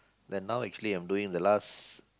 then now actually I'm doing the last